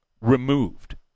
removed